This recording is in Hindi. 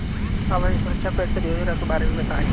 सामाजिक सुरक्षा पेंशन योजना के बारे में बताएँ?